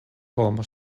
homo